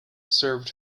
served